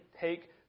take